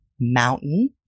mountain